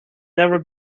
never